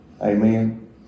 Amen